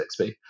xp